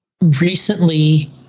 recently